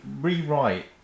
rewrite